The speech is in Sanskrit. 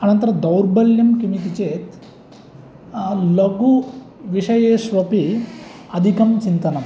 अनन्तरं दौर्बल्यं किम् इति चेत् लघु विषयेष्वपि अधिकं चिन्तनं